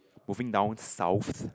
moving down south